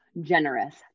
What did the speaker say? generous